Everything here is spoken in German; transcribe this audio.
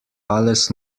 alles